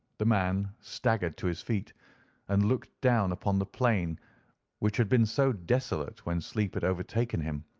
the man staggered to his feet and looked down upon the plain which had been so desolate when sleep had overtaken him,